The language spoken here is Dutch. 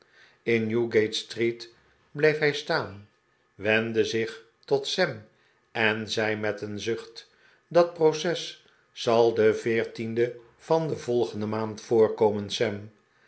in newgate-street bleef hij staan wendde zich tot sam en zei met een zucht dat proces zal den veertienden van de volgende maand voorkomen sam